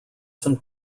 some